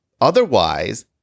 Otherwise